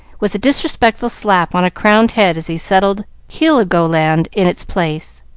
with a disrespectful slap on a crowned head as he settled heligoland in its place.